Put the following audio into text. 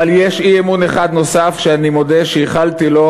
אבל יש אי-אמון אחד נוסף שאני מודה שייחלתי לו,